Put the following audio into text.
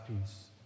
peace